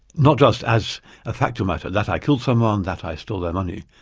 not just as a factual matter, that i killed someone, that i stole their money,